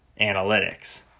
analytics